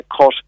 cut